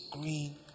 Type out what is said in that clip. green